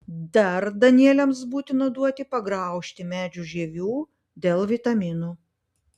dar danieliams būtina duoti pagraužti medžių žievių dėl vitaminų